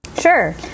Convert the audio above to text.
Sure